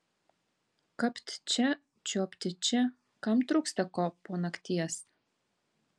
kapt čia čiuopti čia kam trūksta ko po nakties